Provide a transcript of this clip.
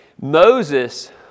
Moses